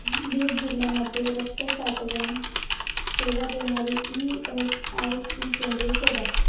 बीड जिल्ह्यामध्ये रक्त साठवण सेवा देणारी ई एस आय सी केंद्रे शोधा